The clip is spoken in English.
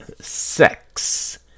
sex